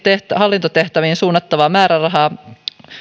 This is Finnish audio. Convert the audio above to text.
hallintotehtäviin suunnattavaa määrärahaa